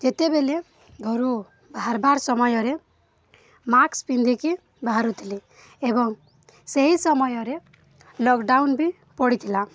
ଯେତେବେଳେ ଘରୁ ବାହାରବାର୍ ସମୟରେ ମାସ୍କ ପିନ୍ଧିକି ବାହାରୁଥିଲି ଏବଂ ସେହି ସମୟରେ ଲକ୍ଡାଉନ୍ ବି ପଡ଼ିଥିଲା